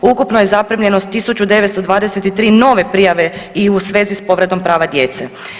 Ukupno je zaprimljeno 1923 nove prijave i u svezi s povredom prava djece.